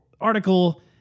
article